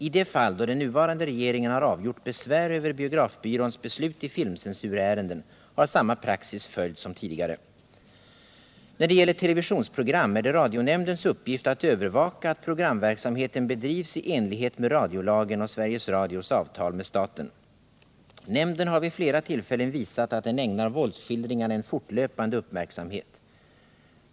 I de fall då den nuvarande regeringen har avgjort besvär över biografbyråns beslut i filmcensurärenden har samma praxis följts som tidigare. När det gäller televisionsprogram är det radionämndens uppgift att övervaka att programverksamheten bedrivs i enlighet med radiolagen och Sveriges Radios avtal med staten. Nämnden har vid flera tillfällen visat att den ägnar våldsskildringarna en fortlöpande uppmärksamhet.